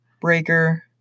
Breaker